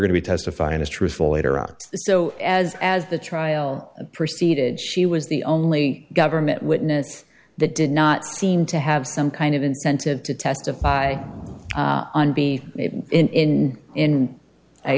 to testify in is truthful later on so as as the trial proceeded she was the only government witness that did not seem to have some kind of incentive to testify on be in in i